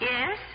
Yes